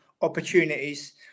opportunities